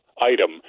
item